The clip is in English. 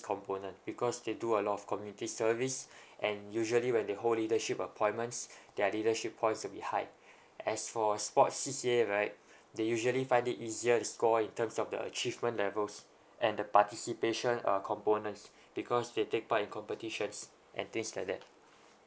component because they do a lot of community service and usually when they hold leadership appointments their leadership points will be high as for sports C_C_A right they usually find it easier to score in terms of the achievement levels and the participation uh components because they take part in competitions and things like that